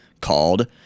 called